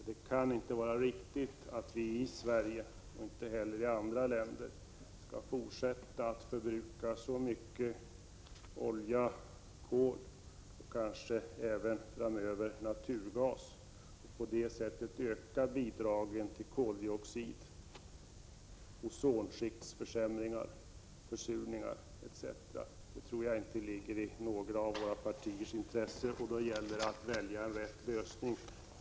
Det kan inte vara riktigt att Sverige, eller andra länder, skall fortsätta att förbruka olja, kol och kanske framöver även naturgas på ett sådant sätt att det bidrar till en ökning av koldioxid, ozonskiktsförsämringar, försurningar etc. Det tror jag inte ligger i några partiers intresse. Då gäller det att välja rätt lösning.